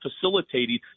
facilitating